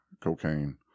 cocaine